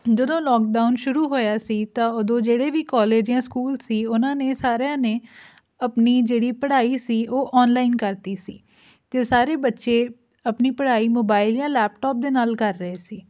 ਜਦੋਂ ਲੋਕਡਾਊਨ ਸ਼ੁਰੂ ਹੋਇਆ ਸੀ ਤਾਂ ਉਦੋਂ ਜਿਹੜੇ ਵੀ ਕੋਲਜ ਜਾਂ ਸਕੂਲ ਸੀ ਉਹਨਾਂ ਨੇ ਸਾਰਿਆਂ ਨੇ ਆਪਣੀ ਜਿਹੜੀ ਪੜ੍ਹਾਈ ਸੀ ਉਹ ਔਨਲਾਈਨ ਕਰਤੀ ਸੀ ਅਤੇ ਸਾਰੇ ਬੱਚੇ ਆਪਣੀ ਪੜ੍ਹਾਈ ਮੋਬਾਈਲ ਜਾਂ ਲੈਪਟੋਪ ਦੇ ਨਾਲ ਕਰ ਰਹੇ ਸੀ